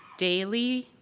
daily,